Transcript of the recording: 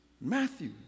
Matthew